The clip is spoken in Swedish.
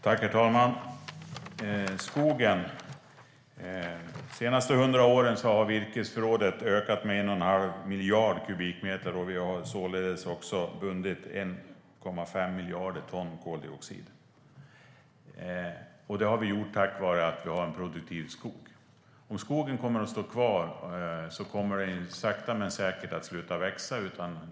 Herr talman! När det gäller skogen har virkesförrådet ökat med 1 1⁄2 miljard kubikmeter, och vi har således också bundit 1,5 miljarder ton koldioxid. Det har vi gjort tack vare att vi har en produktiv skog. Om skogen får stå kvar kommer den sakta men säkert att sluta växa.